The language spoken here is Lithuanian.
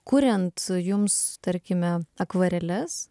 kuriant jums tarkime akvareles